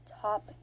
top